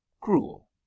cruel